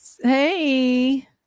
Hey